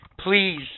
please